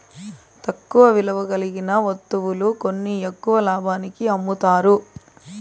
తక్కువ విలువ కలిగిన వత్తువులు కొని ఎక్కువ లాభానికి అమ్ముతారు